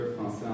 français